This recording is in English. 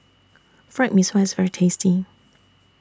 Fried Mee Sua IS very tasty